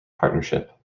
partnership